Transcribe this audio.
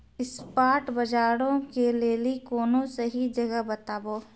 spot बजारो के लेली कोनो सही जगह बताबो